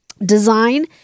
design